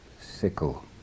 sickle